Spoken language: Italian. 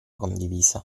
condivisa